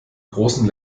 großen